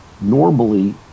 normally